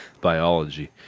Biology